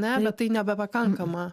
ne bet tai nebepakankama